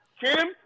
Kim